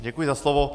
Děkuji za slovo.